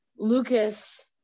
Lucas